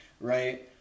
right